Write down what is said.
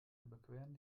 überqueren